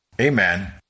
Amen